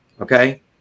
Okay